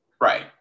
Right